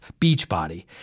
Beachbody